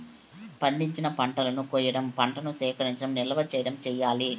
పండించిన పంటలను కొయ్యడం, పంటను సేకరించడం, నిల్వ చేయడం చెయ్యాలి